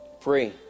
free